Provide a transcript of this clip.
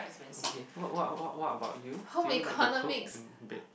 okay what what what what about you do you like to cook and bake